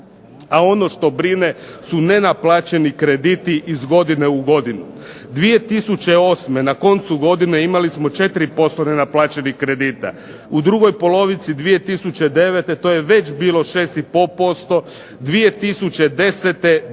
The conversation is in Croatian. a ono što brine su nenaplaćeni krediti iz godine u godinu. 2008. na koncu godine imali smo 4% nenaplaćenih kredita. U drugoj polovici 2009. to je već bilo 6,5%, 2010. danas